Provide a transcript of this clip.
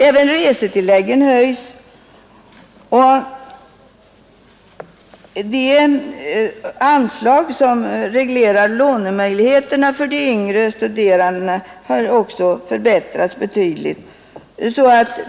Även resetilläggen höjs, och det anslag som reglerar lånemöjligheterna för de yngre studerandena har också förbättrats betydligt.